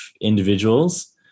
individuals